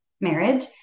marriage